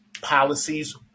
policies